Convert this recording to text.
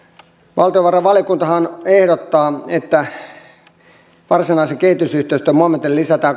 valtiovarainvaliokuntahan ehdottaa että varsinaisen kehitysyhteistyön momentille lisätään